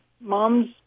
mom's